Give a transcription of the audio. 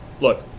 Look